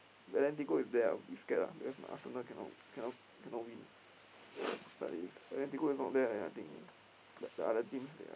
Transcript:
Atletico is there ah a bit scared ah because Arsenal cannot cannot cannot win but if Atletico is not there ah then I think the other teams ya